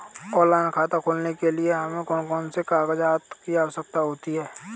Online खाता खोलने के लिए हमें कौन कौन से कागजात की आवश्यकता होती है?